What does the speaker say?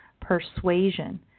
persuasion